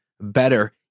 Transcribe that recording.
better